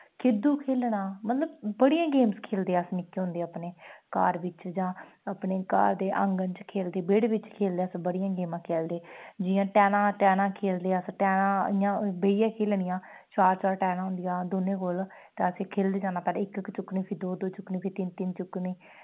खिद्दू खेलना मतलब बड़ियां गेमां खेढदे अस निक्के होंदे अपने घर बिच जां अपने घर दे आंगन च खेढदे बेह्ड़े बिच खेढदे अस बड़ियां गेमां खेढदे जि'यां टैह्ना टैह्ना खेढदे अस टैह्ना इ'यां बेहियै खेढनियां चार चार टैह्नां होंदियां दौनें कोल ते असें खेढदे जाना पैह्लें इक इक चुक्कनी फ्ही दो दो चुक्कनी फ्ही तिन्न तिन्न चुक्कनी